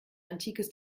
antikes